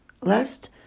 lest